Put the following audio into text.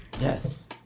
Yes